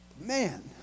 Man